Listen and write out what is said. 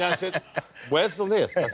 yeah said where's the list?